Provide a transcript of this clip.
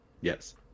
Yes